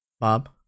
Bob